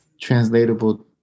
translatable